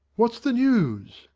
what's the news?